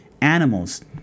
animals